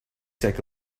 take